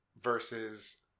versus